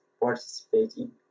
participating